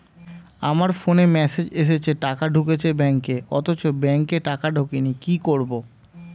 আমার ফোনে মেসেজ এসেছে টাকা ঢুকেছে ব্যাঙ্কে অথচ ব্যাংকে টাকা ঢোকেনি কি করবো?